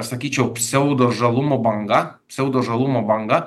sakyčiau psiaudo žalumo banga psiaudo žalumo banga